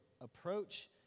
approach